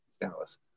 Dallas